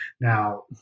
Now